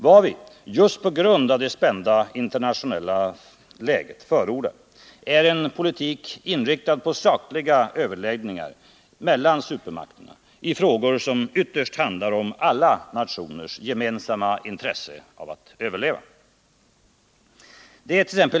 Vad vi just på grund av det spända internationella läget förordar är en politik inriktad på sakliga överläggningar mellan supermakterna i frågor som ytterst handlar om alla nationers gemensamma intresse av att överleva.